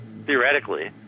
theoretically